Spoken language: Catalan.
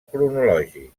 cronològic